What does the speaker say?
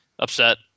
Upset